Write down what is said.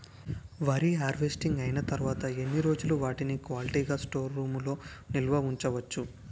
వరి హార్వెస్టింగ్ అయినా తరువత ఎన్ని రోజులు వాటిని క్వాలిటీ గ స్టోర్ రూమ్ లొ నిల్వ ఉంచ వచ్చు?